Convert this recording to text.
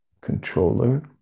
Controller